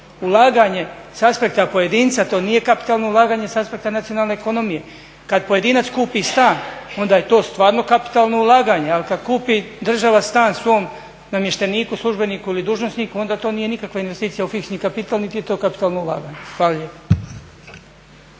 ulaganje s aspekta pojedinca, to nije kapitalno ulaganje s aspekta nacionalne ekonomije. Kad pojedinac kupi stan onda je to stvarno kapitalno ulaganje, ali kad kupi država stan svom namješteniku, službeniku ili dužnosniku onda to nije nikakva investicija u fiksni kapital niti je to kapitalno ulaganje. Hvala lijepa.